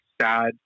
sad